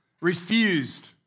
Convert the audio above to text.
refused